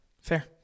Fair